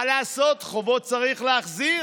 מה לעשות, חובות צריך להחזיר.